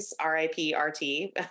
R-I-P-R-T